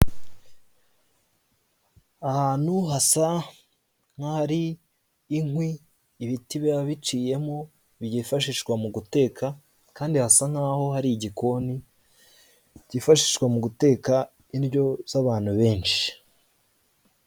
Ahantu hasa nk'ahari inkwi ibiti biba biciyemo byifashishwa mu guteka kandi hasa nk'aho hari igikoni kifashishwa mu guteka indyo z'abantu benshi.